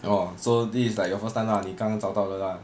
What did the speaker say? orh so this is like your first time lah 你刚刚找到的 lah